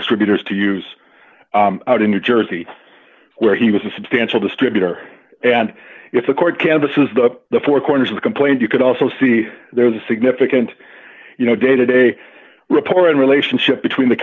distributors to use out in new jersey where he was a substantial distributor and if the court canvas is the the four corners of the complaint you could also see there was a significant you know day to day reporting relationship between the